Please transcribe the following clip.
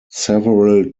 several